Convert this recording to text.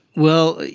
well,